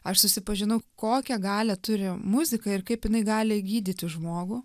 aš susipažinau kokią galią turi muzika ir kaip jinai gali gydyti žmogų